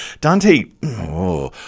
Dante